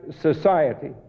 society